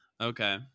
Okay